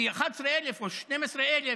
כי 11,000 או 12,000